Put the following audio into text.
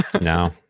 no